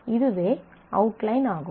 இதுவே அவுட்லைன் ஆகும்